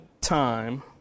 time